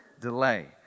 delay